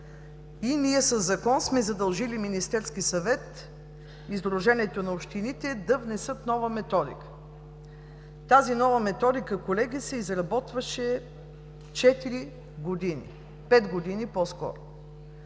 и ние със Закон сме задължили Министерския съвет и Сдружението на общините да внесат нова методика. Тази нова методика, колеги, се изработваше 5 години – в края